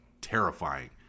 terrifying